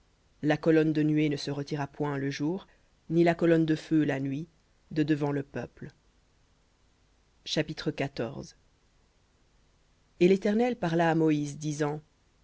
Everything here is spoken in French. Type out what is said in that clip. la colonne de nuée ne se retira point le jour ni la colonne de feu la nuit de devant le peuple v chapitre et l'éternel parla à moïse disant